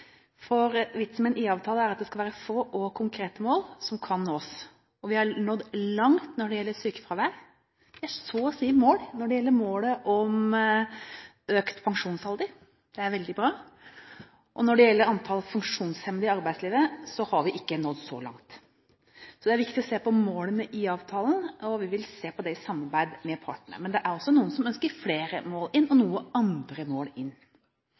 for vitsen med en IA-avtale er at det skal være få og konkrete mål som kan nås. Vi har nådd langt når det gjelder sykefravær. Vi er så å si i mål når det gjelder økt pensjonsalder. Det er veldig bra. Når det gjelder antall funksjonshemmede i arbeidslivet, har vi ikke nådd så langt. Så det er viktig å se på målene i IA-avtalen, og vi vil se på det i samarbeid med FAD. Men det er også noen som ønsker flere mål, noen andre mål.